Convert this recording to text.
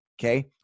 Okay